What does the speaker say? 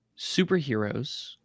superheroes